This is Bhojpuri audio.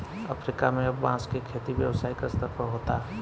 अफ्रीका में अब बांस के खेती व्यावसायिक स्तर पर होता